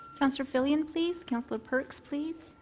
counsellor filion, please, counsellor perks, please,